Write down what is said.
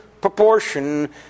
proportion